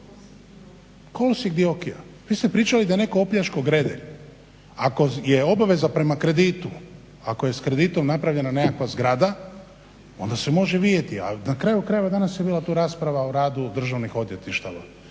kolosijek Dioki-a? vi ste pričali da je netko opljačkao Gredelj. Ako je obaveza prema kreditu ako je s kreditom napravljena nekakva zgrada onda se može vidjeti ali na kraju krajeva tu je danas bila rasprava o radu državnih odvjetništava.